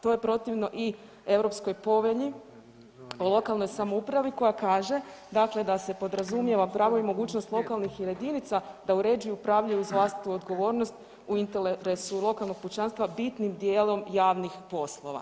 To je protivno i Europskoj povelji o lokalnoj samoupravi koja kaže, dakle da se podrazumijeva pravo i mogućnost lokalnih jedinica da uređuju i upravljaju uz vlastitu odgovornost u interesu lokalnog pučanstva bitnim dijelom javnih poslova.